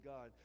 God